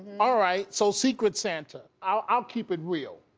all right, so secret santa, i'll i'll keep it real.